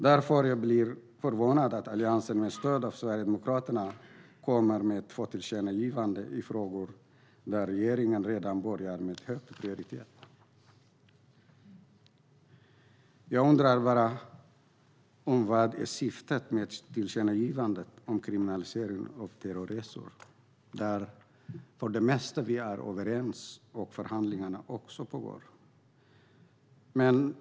Därför blir jag förvånad över att Alliansen med stöd av Sverigedemokraterna kommer med två tillkännagivanden i frågor som regeringen redan jobbar med och där prioriteten är hög. Jag undrar således vad som är syftet med tillkännagivandet om kriminalisering av terrorresor när vi är överens om det mesta och förhandlingar dessutom pågår.